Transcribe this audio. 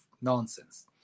nonsense